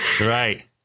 Right